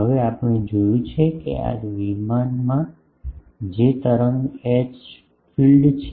હવે આપણે જોયું છે કે આ પ્લેનમાં જે તરંગ એચ ફીલ્ડ છે